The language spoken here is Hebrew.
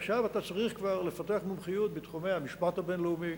עכשיו אתה צריך כבר לפתח מומחיות בתחומי המשפט הבין-לאומי